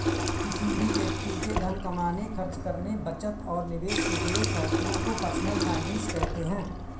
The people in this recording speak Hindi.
किसी भी व्यक्ति के धन कमाने, खर्च करने, बचत और निवेश से जुड़े फैसलों को पर्सनल फाइनैन्स कहते हैं